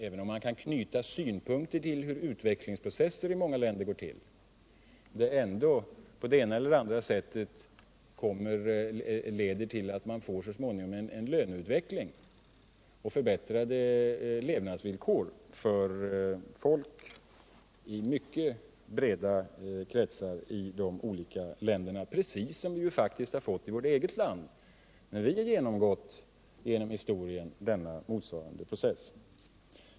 Även om man kan knyta synpunkter till hur utvecklingsprocessen i många länder går till, leder den väl ändå på det ena eller andra sättet till att man så småningom får en löneutveckling och förbättrade levnadsvillkor för folket i mycket breda kretsar i de olika länderna — precis som vi faktiskt har fått i vårt eget land när vi under historiens gång har gått igenom motsvarande process.